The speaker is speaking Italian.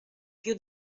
più